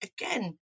again